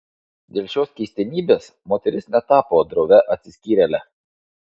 dėl šios keistenybės moteris netapo drovia atsiskyrėle